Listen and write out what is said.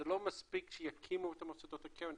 זה לא מספיק שיקימו את מוסדות הקרן,